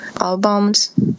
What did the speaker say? albums